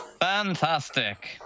Fantastic